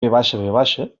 havia